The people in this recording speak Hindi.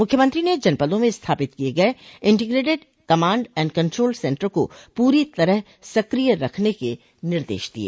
मुख्यमंत्री ने जनपदों में स्थापित किये गये integrated command and control centre को प्री तरह सक्रिय रखने के निर्देश दिये